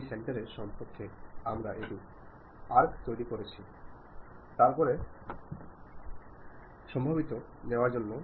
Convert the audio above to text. centre ഒരു സന്ദേശം അയയ് ക്കുമ്പോൾ അയയ്ക്കുന്നയാൾക്ക് ഒരു ധാരണയുണ്ട് അത് അയച്ചയാളുടെ ഉത്തരവാദിത്തമാണ് എന്ന്